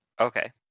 Okay